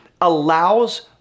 allows